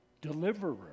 deliverer